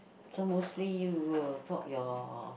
so mostly you will bought your